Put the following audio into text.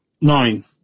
nine